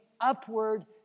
upward